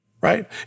right